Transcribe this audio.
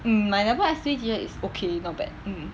mm my W_I_S_P teacher is okay not bad mm